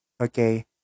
okay